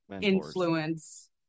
influence